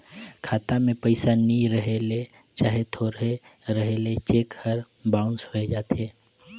खाता में पइसा नी रहें ले चहे थोरहें रहे ले चेक हर बाउंस होए जाथे